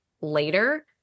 later